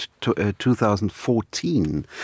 2014